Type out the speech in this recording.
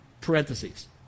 parentheses